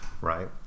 Right